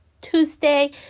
tuesday